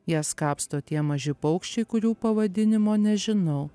jas kapsto tie maži paukščiai kurių pavadinimo nežinau